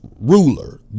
ruler